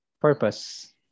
Purpose